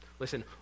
Listen